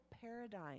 paradigm